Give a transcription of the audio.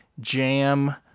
jam